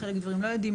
וחלק לא יודעים.